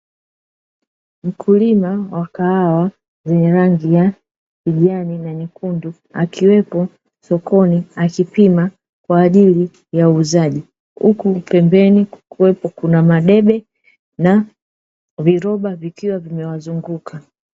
Mkulima wa kahawa zenye rangi ya kijani na nyekundu akiwepo sokoni akipima kwa ajili ya wauzaji, huku pembeni kukiwepo na madebe na viroba vikiwa vimewazunguka.